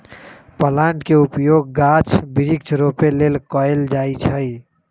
plant के उपयोग गाछ वृक्ष रोपे लेल कएल जाइ छइ